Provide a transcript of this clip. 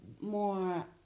more